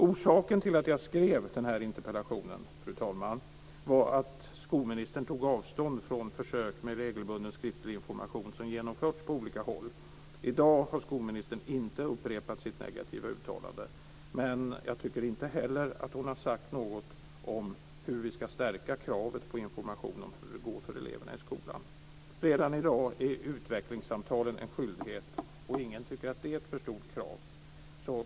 Orsaken till att jag skrev den här interpellationen, fru talman, var att skolministern tog avstånd från försök med regelbunden skriftlig information som har genomförts på olika håll. I dag har skolministern inte upprepat sitt negativa uttalande. Men jag tycker inte heller att hon har sagt något om hur vi ska stärka kravet på information om hur det går för eleverna i skolan. Redan i dag är utvecklingssamtalen en skyldighet, och ingen tycker att det är ett för stort krav.